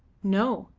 no,